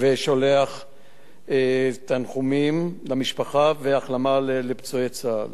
לשלוח תנחומים למשפחה והחלמה לפצועי צה"ל.